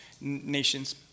nations